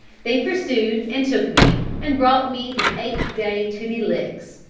they pursued and took me, and brought me the eighth day to the licks,